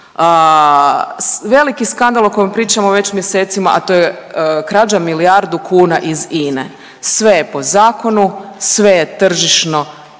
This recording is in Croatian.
veliki skandal o kojem pričamo već mjesecima, a to je krađa milijardu kuna iz INA-e, sve je po zakonu, sve je tržišno,